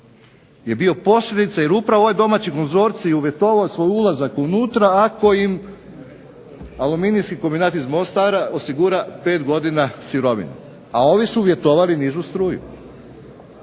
je bio posljedica jer upravo je ovaj domaći konzorcij uvjetovao svoj ulazak unutra ako im Aluminijski kombinat iz Mostara osigura 5 godina sirovinu, a ovi su uvjetovali nižu struju.